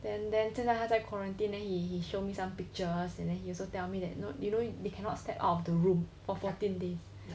then then 现在他在 quarantine then he show me some pictures and then he also tell me that you know you know they cannot step out of the room for fourteen days